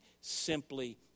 simply